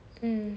mm